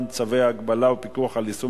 (הפעלת צו הגבלה), עברה בקריאה